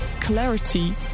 clarity